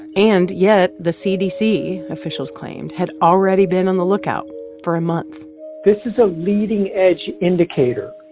and yet, the cdc, officials claimed, had already been on the lookout for a month this is a leading-edge indicator.